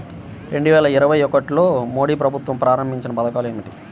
రెండు వేల ఇరవై ఒకటిలో మోడీ ప్రభుత్వం ప్రారంభించిన పథకాలు ఏమిటీ?